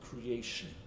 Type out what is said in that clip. creation